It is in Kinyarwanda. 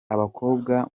abakobwa